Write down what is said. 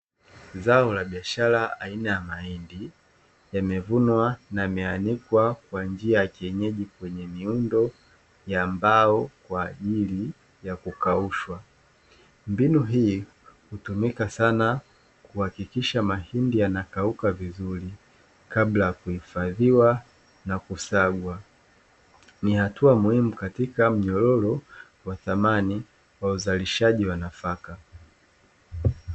Zao la biashara aina ya mahindi yamevunwa na yameanikwa kwa njia ya kienyeji, kwenye miundo ya mbao kwa ajili ya kukaushwa mbinu hii hutumika sana kuhakikisha mahindi yanakauka vizuri kabla ya kuihifadhiwa na kusagwa, ni hatua muhimu katika mnyororo wa thamani wa uzalishaji wa nafaka.